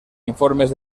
informes